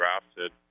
drafted